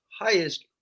highest